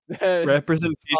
Representation